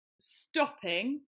stopping